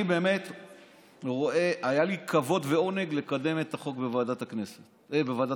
היה לי כבוד ועונג לקדם את החוק בוועדת הפנים.